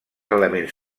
elements